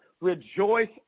rejoice